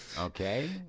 Okay